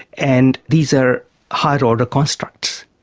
and these are higher order constructs,